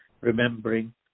remembering